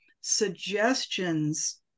suggestions